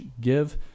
give